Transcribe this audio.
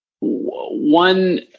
One